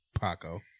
Paco